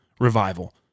revival